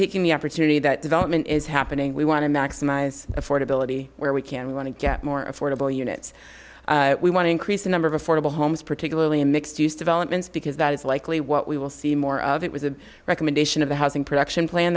taking the opportunity that development is happening we want to maximize affordability where we can we want to get more affordable units we want to increase the number of affordable homes particularly in mixed use developments because that is likely what we will see more of it was a recommendation of the housing production plan